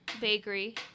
Bakery